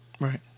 Right